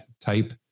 type